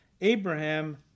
Abraham